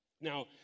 Now